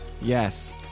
Yes